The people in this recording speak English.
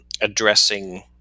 addressing